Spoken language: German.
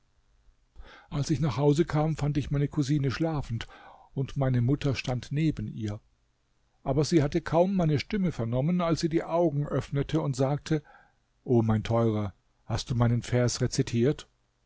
als ich nach hause kam fand ich meine cousine schlafend und meine mutter stand neben ihr aber sie hatte kaum meine stimme vernommen als sie die augen öffnete und sagte o mein teurer hast du meinen vers rezitiert